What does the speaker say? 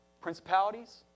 Principalities